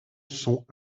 sont